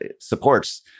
supports